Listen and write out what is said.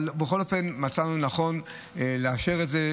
אבל בכל אופן מצאנו לנכון לאשר את זה,